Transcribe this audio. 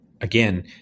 again